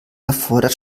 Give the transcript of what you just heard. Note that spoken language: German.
erfordert